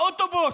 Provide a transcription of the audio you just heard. באוטובוס,